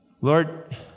Lord